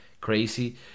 crazy